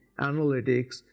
analytics